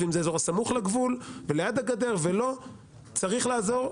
ואם זה אזור הסמוך לגבול וליד הגדר וצריך לעזור,